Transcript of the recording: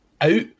out